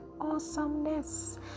awesomeness